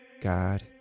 God